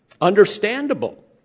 understandable